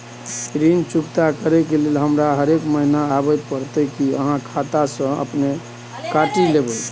ऋण चुकता करै के लेल हमरा हरेक महीने आबै परतै कि आहाँ खाता स अपने काटि लेबै?